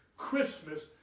Christmas